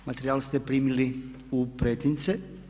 Materijale ste primili u pretince.